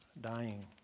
dying